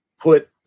put